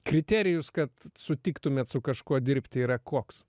kriterijus kad sutiktumėt su kažkuo dirbti yra koks